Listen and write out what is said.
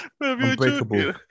Unbreakable